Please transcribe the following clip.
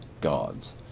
God's